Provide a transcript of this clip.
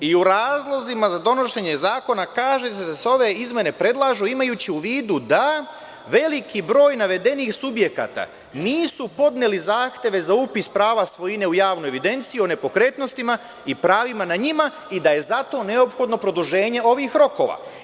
U razlozima za donošenje zakona kaže se da se ove izmene predlažu imajući u vidu da veliki broj navedenih subjekata nisu podneli zahteve za upis prava svojine u javnu evidenciju o nepokretnostima i pravima na njima i da je zato neophodno produženje ovih rokova.